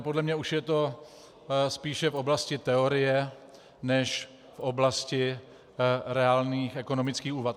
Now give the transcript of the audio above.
Podle mě je to už spíše v oblasti teorie než v oblasti reálných ekonomických úvah.